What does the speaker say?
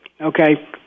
Okay